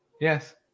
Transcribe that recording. Yes